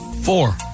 Four